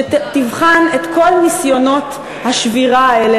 שתבחן את כל ניסיונות השבירה האלה,